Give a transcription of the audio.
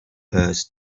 hers